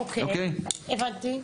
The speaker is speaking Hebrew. אוקי, הבנתי.